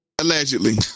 Allegedly